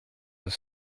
was